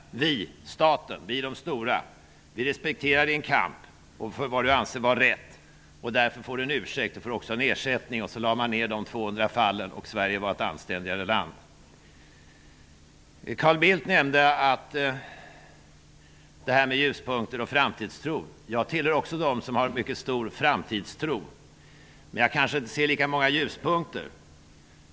Vi respekterar din kamp för vad du anser vara rätt. Därför får du en ursäkt och en ersättning. Sedan skulle vi lägga ner de 200 fallen, och Sverige blev ett anständigare land. Carl Bildt talade om ljuspunkter och framtidstro. Också jag tillhör dem som har en mycket stor framtidstro, men jag ser kanske inte lika många ljuspunkter.